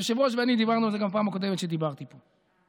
היושב-ראש ואני דיברנו על זה גם פעם הקודמת שדיברתי פה.